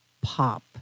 Pop